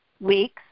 weeks